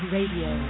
Radio